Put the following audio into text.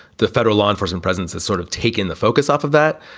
the federal law enforcement presence has sort of taken the focus off of that.